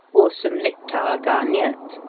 or some liptauer garniert,